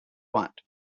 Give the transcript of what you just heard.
want